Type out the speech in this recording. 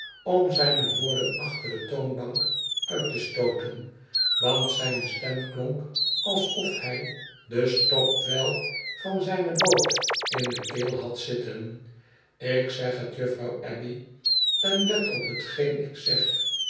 om zijne woorden achter de toonbaak uit te stooten want zijne stem klonk alsof hij de stokdweil van zijne boot in de keel had zitten ik zeg het juffrouw abbey n let op hetgeen ik zeg